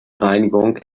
reinigung